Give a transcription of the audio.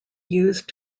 used